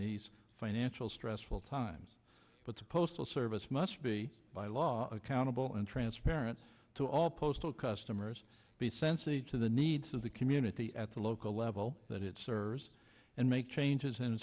these financial stressful times but the postal service must be by law accountable and transparent to all postal customers be sensitive to the needs of the community at the local level that it serves and make changes in